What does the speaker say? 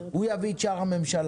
הוא יביא את שאר הממשלה.